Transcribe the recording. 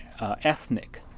ethnic